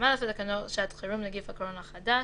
2א לתקנות שעת חירום (נגיף הקורונה החדש)